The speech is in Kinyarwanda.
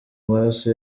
amaraso